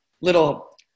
little